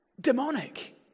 demonic